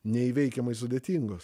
neįveikiamai sudėtingos